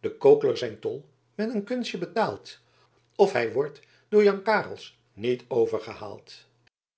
de kook'ler zijn tol met een kunstje betaalt of hij wordt door jan carels niet